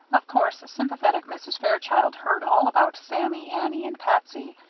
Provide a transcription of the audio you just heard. of course sympathetic mrs. fairchild heard all about sammy, annie, and patsy,